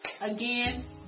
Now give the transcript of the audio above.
again